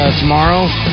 tomorrow